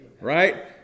Right